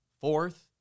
Fourth